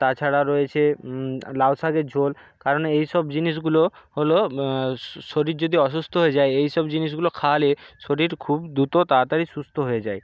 তাছাড়া রয়েছে লাউ শাকের ঝোল কারণ এই সব জিনিসগুলো হলো শরীর যদি অসুস্থ হয়ে যায় এই সব জিনিসগুলো খাওয়ালে শরীর খুব দ্রুত তাড়াতাড়ি সুস্থ হয়ে যায়